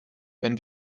wenn